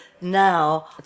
now